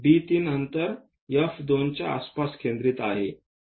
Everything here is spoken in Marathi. B3 अंतर F2 च्या आसपास केंद्रित आहे